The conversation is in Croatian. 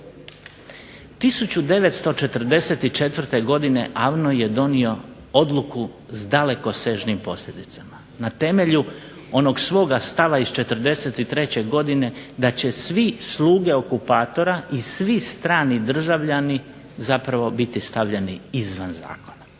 1944. godine AVNOJ je donio odluku s dalekosežnim posljedicama. Na temelju onog svog stava iz '43. godine da će svi sluge okupatora i svi strani državljani zapravo biti stavljeni izvan zakona.